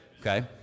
okay